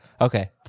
Okay